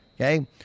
okay